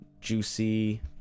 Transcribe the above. juicy